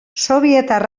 sobietar